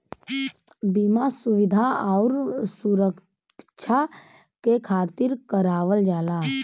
बीमा सुविधा आउर सुरक्छा के खातिर करावल जाला